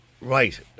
Right